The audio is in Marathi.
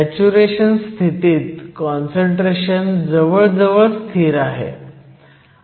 सॅच्युरेशन स्थितीत काँसंट्रेशन जवळजवळ स्थिर आहे